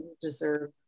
deserve